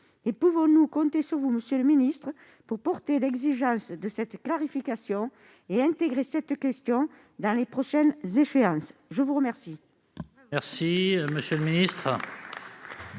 Pouvons-nous compter sur vous, monsieur le ministre, pour porter l'exigence de cette clarification et intégrer cette question dans les prochaines échéances ? La parole